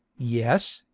yes,